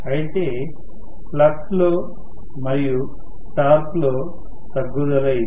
అయితే ఫ్లక్స్ లో మరియు టార్క్ లో తగ్గుదల ఇది